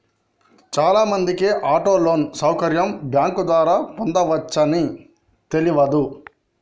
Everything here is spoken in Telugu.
చాలామందికి ఆటో లోన్ సౌకర్యం బ్యాంకు ద్వారా పొందవచ్చని తెలవదు